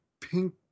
pink